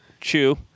chew